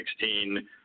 2016